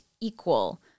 equal